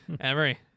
Emery